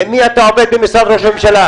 עם מי אתה עובד במשרד ראש הממשלה?